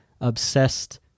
obsessed